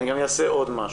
ואני אעשה עוד משהו.